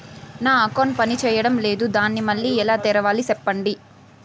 నా అకౌంట్ పనిచేయడం లేదు, దాన్ని మళ్ళీ ఎలా తెరవాలి? సెప్పండి